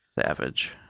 Savage